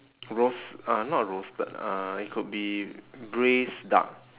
roas~ uh not roasted uh it could be braised duck